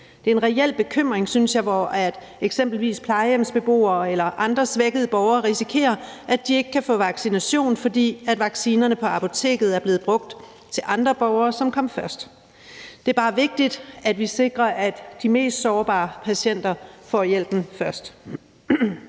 Det er en reel bekymring, synes jeg, at eksempelvis plejehjemsbeboere eller andre svækkede borgere risikerer, at de ikke kan få en vaccination, fordi vaccinerne på apoteket er blevet brugt til andre borgere, som kom først. Det er bare vigtigt, at vi sikrer, at de mest sårbare patienter får hjælpen først.